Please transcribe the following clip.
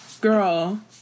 girl